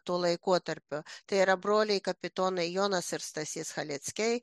tuo laikotarpiu tai yra broliai kapitonai jonas ir stasys chaleckiai